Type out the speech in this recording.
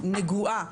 נגועה